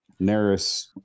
Neris